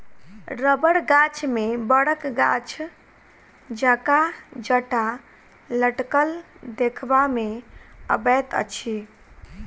रबड़ गाछ मे बड़क गाछ जकाँ जटा लटकल देखबा मे अबैत अछि